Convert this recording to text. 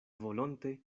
volonte